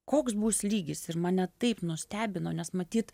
koks bus lygis ir mane taip nustebino nes matyt